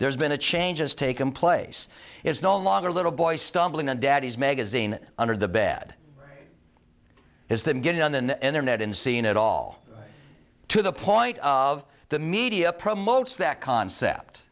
there's been a change has taken place it's no longer a little boy stumbling on daddy's magazine under the bed is that getting on the internet and seeing it all to the point of the media promotes that concept